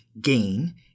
gain